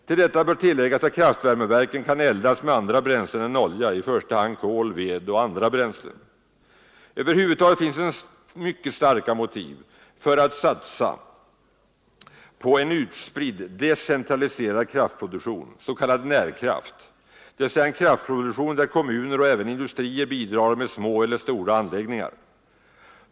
Till detta bör läggas att kraftvärmeverken kan eldas med andra bränslen än olja, i första hand kol, ved och andra bränslen. Över huvud taget finns det mycket starka motiv för att satsa på en utspridd, decentraliserad kraftproduktion, s.k. närkraft, dvs. en kraftproduktion där kommuner och även industrier bidrar med små eller stora anläggningar.